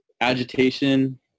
agitation